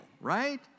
right